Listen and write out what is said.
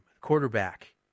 quarterback